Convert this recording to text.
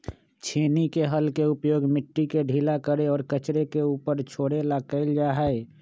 छेनी के हल के उपयोग मिट्टी के ढीला करे और कचरे के ऊपर छोड़े ला कइल जा हई